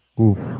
Oof